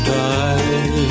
die